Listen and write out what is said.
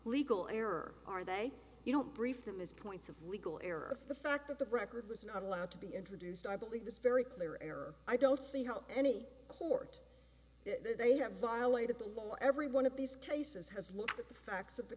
legal error are they you don't brief them is points of legal error of the fact that the record was not allowed to be introduced i believe this very clear error i don't see how any court that they have violated the law every one of these cases has looked at the facts of the